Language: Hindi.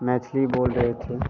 मैथिली बोल रहे थे